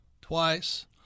twice